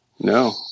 no